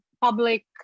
public